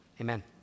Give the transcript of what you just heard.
Amen